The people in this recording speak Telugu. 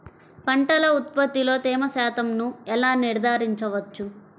పంటల ఉత్పత్తిలో తేమ శాతంను ఎలా నిర్ధారించవచ్చు?